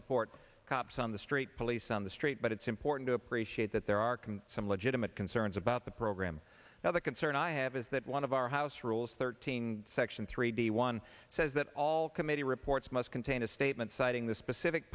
support cops on the street police on the street but it's important to appreciate that there are can some legitimate concerns about the program now the concern i have is that one of our house rules thirteen section three d one says that all committee reports must contain a statement citing the specific